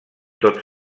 tots